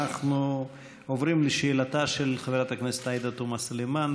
אנחנו עוברים לשאלתה של חברת הכנסת עאידה תומא סלימאן.